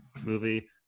movie